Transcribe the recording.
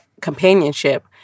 companionship